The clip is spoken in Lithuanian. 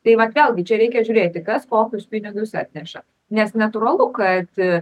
tai vat vėlgi čia reikia žiūrėti kas kokius pinigus atneša nes natūralu kad